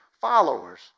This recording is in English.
followers